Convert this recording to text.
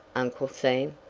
uncle sam,